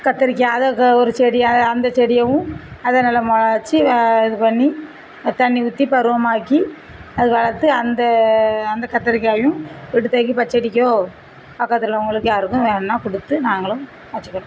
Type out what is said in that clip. கத்திரிக்காய் அதை ஒரு செடியாக அந்த செடியவும் அதை நல்லா முளச்சி இது பண்ணி தண்ணி ஊற்றி பருவமாக்கி அது வளர்த்து அந்த அந்த கத்திரிக்காயும் எடுத்தாக்கி பச்சடிக்கோ பக்கத்தில் உள்ளவங்களுக்கு யாருக்கும் வேணுனா கொடுத்து நாங்களும் வச்சுக்கிடுவோம்